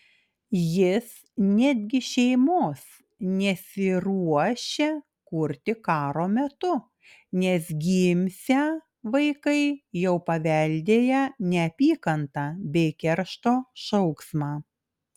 jis netgi šeimos nesiruošia kurti karo metu nes gimsią vaikai jau paveldėję neapykantą bei keršto šauksmą